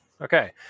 Okay